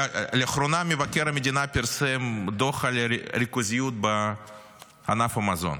לאחרונה מבקר המדינה פרסם דוח על ריכוזיות בענף המזון.